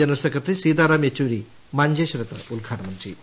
general secretary Sitaram Yechury മഞ്ചേശ്വരത്ത് ഉദ്ഘാടനം ചെയ്യും